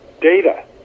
data